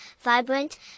vibrant